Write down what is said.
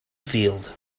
field